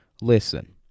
Listen